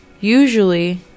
usually